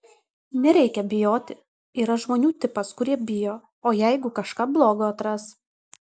nereikia bijoti yra žmonių tipas kurie bijo o jeigu kažką blogo atras